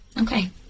Okay